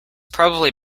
probably